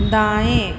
दाँएं